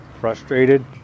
frustrated